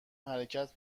حرکت